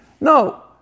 No